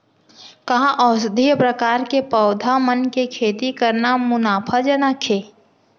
का औषधीय प्रकार के पौधा मन के खेती करना मुनाफाजनक हे?